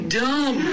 dumb